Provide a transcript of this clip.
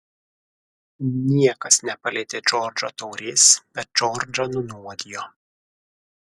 niekas nepalietė džordžo taurės bet džordžą nunuodijo